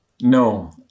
no